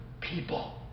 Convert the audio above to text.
people